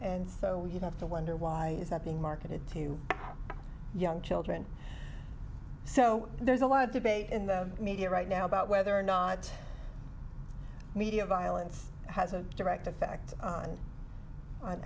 and so we have to wonder why is that being marketed to young children so there's a lot of debate in the media right now about whether or not media violence has a direct effect on